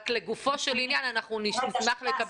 רק לגופו של עניין, אנחנו נשמח לקבל תשובות.